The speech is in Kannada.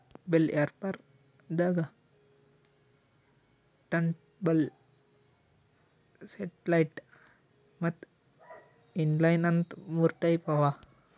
ಬೆಲ್ ರ್ಯಾಪರ್ ದಾಗಾ ಟರ್ನ್ಟೇಬಲ್ ಸೆಟ್ಟಲೈಟ್ ಮತ್ತ್ ಇನ್ಲೈನ್ ಅಂತ್ ಮೂರ್ ಟೈಪ್ ಅವಾ